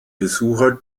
besucher